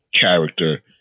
character